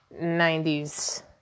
90s